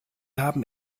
haben